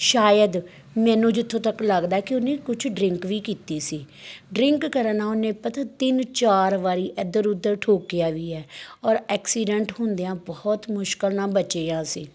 ਸ਼ਾਇਦ ਮੈਨੂੰ ਜਿੱਥੋਂ ਤੱਕ ਲੱਗਦਾ ਕਿ ਉਹਨੇ ਕੁਛ ਡਰਿੰਕ ਵੀ ਕੀਤੀ ਸੀ ਡਰਿੰਕ ਕਰਨ ਨਾਲ ਉਹਨੇ ਪਤਾ ਤਿੰਨ ਚਾਰ ਵਾਰੀ ਇੱਧਰ ਉੱਧਰ ਠੋਕਿਆ ਵੀ ਹੈ ਔਰ ਐਕਸੀਡੈਂਟ ਹੁੰਦਿਆਂ ਬਹੁਤ ਮੁਸ਼ਕਿਲ ਨਾਲ ਬਚੇ ਹਾਂ ਅਸੀਂ